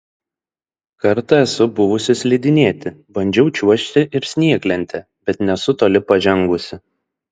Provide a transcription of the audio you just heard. kartą esu buvusi slidinėti bandžiau čiuožti ir snieglente bet nesu toli pažengusi